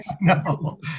No